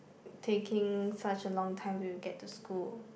taking such a long time to get to school